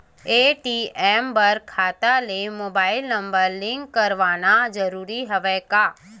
ATM बर खाता ले मुबाइल नम्बर लिंक करवाना ज़रूरी हवय का?